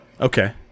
Okay